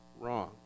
wrong